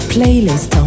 Playlist